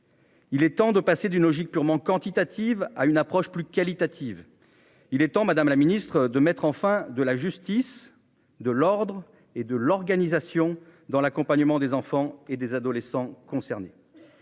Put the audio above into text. Il est temps de passer d'une logique purement quantitative, à une approche plus qualitative. Il est temps Madame la Ministre de mettre enfin de la justice, de l'ordre et de l'organisation dans l'accompagnement des enfants et des adolescents concernés.